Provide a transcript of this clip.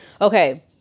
Okay